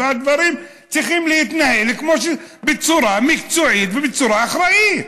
והדברים צריכים להתנהל בצורה מקצועית ובצורה אחראית.